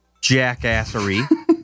jackassery